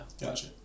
Gotcha